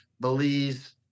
Belize